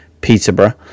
Peterborough